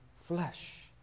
flesh